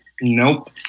Nope